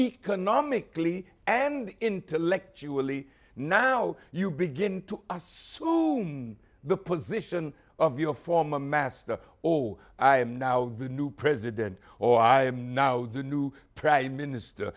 economically and intellectually now you begin to assume the position of your former master or i am now the new president or i am now the new prime minister